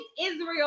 Israel